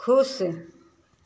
ख़ुश